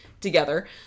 together